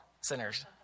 sinners